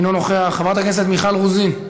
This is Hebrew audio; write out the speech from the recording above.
אינו נוכח, חברת הכנסת מיכל רוזין,